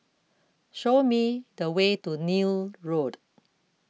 show me the way to Neil Road